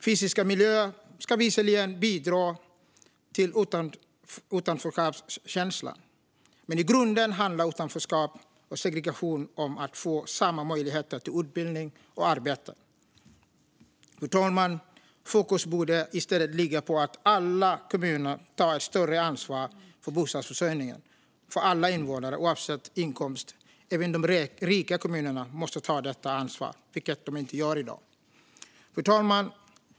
Fysiska miljöer kan visserligen bidra till utanförskapskänslan. Men i grunden handlar frågor om utanförskap och segregation om att få samma möjligheter till utbildning och arbete. Fru talman! Fokus borde i stället ligga på att alla kommuner tar ett större ansvar för bostadsförsörjningen för alla invånare, oavsett inkomst. Även de rika kommunerna måste ta detta ansvar, vilket de inte gör i dag. Fru talman!